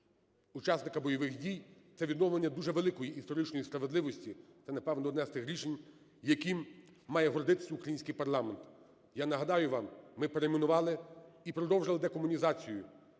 учасника бойових дій – це відновлення дуже великої історичної справедливості, це, напевно, одне з тих рішень, яким має гордитись український парламент. Я нагадаю вам, ми перейменували і продовжили декомунізацію.